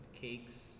cakes